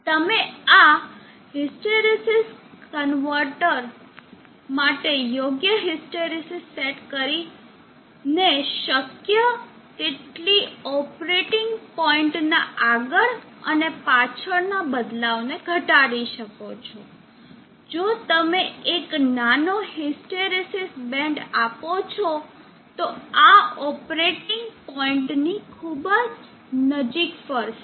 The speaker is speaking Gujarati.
તમે આ હિસ્ટ્રેરીસીસ કન્વર્ટર માટે યોગ્ય હિસ્ટ્રેરીસીસ સેટ કરીને શક્ય તેટલી ઓપરેટીંગ પોઇન્ટના આગળ અને પાછળના બદલાવ ને ઘટાડી શકો છો જો તમે એક નાનો હિસ્ટ્રેરીસિસ બેન્ડ આપો છો તો આ ઓપરેટિંગ પોઇન્ટની ખૂબ નજીક ફરશે